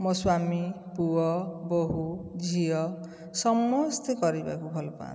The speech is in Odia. ମୋ ସ୍ଵାମୀ ପୁଅ ବୋହୁ ଝିଅ ସମସ୍ତେ କରିବାକୁ ଭଲ ପାଆନ୍ତି